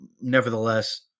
nevertheless